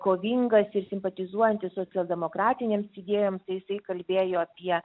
kovingas ir simpatizuojantis socialdemokratinėms idėjoms tai jisai kalbėjo apie